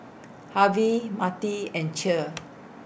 Harve Mattie and Cheer